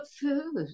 food